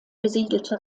besiedelte